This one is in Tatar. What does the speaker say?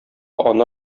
ана